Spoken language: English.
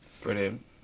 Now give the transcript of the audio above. Brilliant